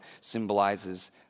symbolizes